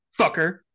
Fucker